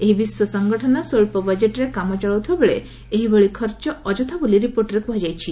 ଏହି ବିଶ୍ୱ ସଂଗଠନ ସ୍ୱଚ୍ଚ ବଜେଟ୍ରେ କାମଚଳାଉଥିବା ବେଳେ ଏହିଭଳି ଖର୍ଚ୍ଚ ଅଯଥା ବୋଲି ରିପୋର୍ଟରେ କୁହାଯାଇଛି